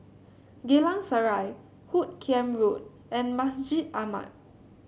Geylang Serai Hoot Kiam Road and Masjid Ahmad